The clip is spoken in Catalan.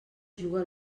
juga